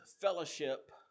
Fellowship